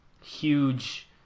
huge